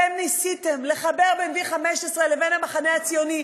אתם ניסיתם לחבר בין V15 לבין המחנה הציוני,